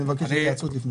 אני מבקש התייעצות לפני.